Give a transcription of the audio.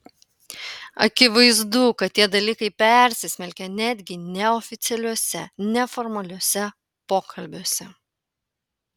akivaizdu kad tie dalykai persismelkia netgi neoficialiuose neformaliuose pokalbiuose